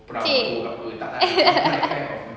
pekik